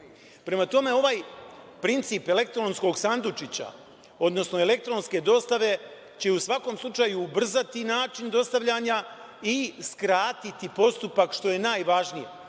Prema tome, ovaj princip elektronskog sandučića, odnosno elektronske dostave će u svakom slučaju ubrzati način dostavljanja i skratiti postupak, što je najvažnije,